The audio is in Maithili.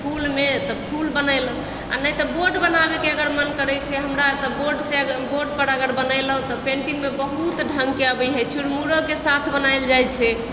फूल मे तऽ फूल बनेलहुॅं आ नहि तऽ बोर्ड बनाबै के अगर मन करै छै हमरा तऽ बोर्ड से बोर्ड पर अगर बनेलहुॅं तऽ पेंटिंग मे बहुत ढंग के अबै हय चुरमुरो के साथ बनायल जाइ छै